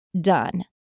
done